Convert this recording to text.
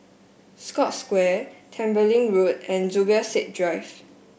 Scotts Square Tembeling Road and Zubir Said Drive